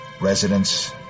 residents